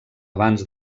abans